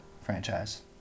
franchise